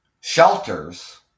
Shelters